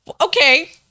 Okay